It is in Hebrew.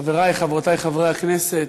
חברי וחברותי חברי הכנסת,